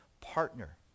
partner